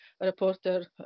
reporter